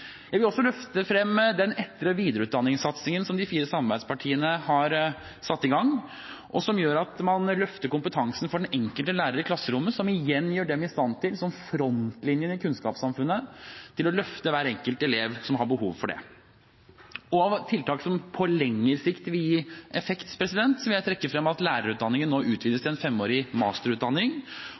Jeg vil også løfte frem den etter- og videreutdanningssatsingen som de fire samarbeidspartiene har satt i gang, og som gjør at man løfter kompetansen for den enkelte lærer i klasserommet, som igjen gjør dem i stand til – som frontlinjen i kunnskapssamfunnet – å løfte hver enkelt elev som har behov for det. Av tiltak som på lengre sikt vil gi effekt, vil jeg trekke frem at lærerutdanningen nå utvides til en femårig masterutdanning,